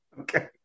okay